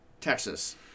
Texas